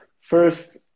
first